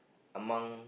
among